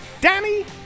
Danny